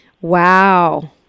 Wow